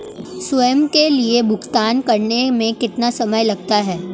स्वयं के लिए भुगतान करने में कितना समय लगता है?